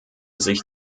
sich